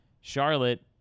Charlotte